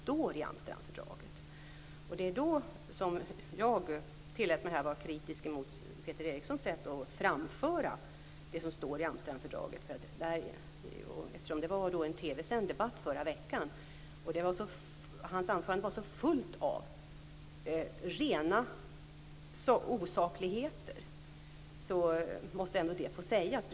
Det är då som jag tillät mig att vara kritisk mot Peter Erikssons sätt att framföra det som står i fördraget. Eftersom det var en TV-sänd debatt förra veckan och hans anförande var så fullt av rena osakligheter, måste det ändå sägas.